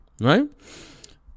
right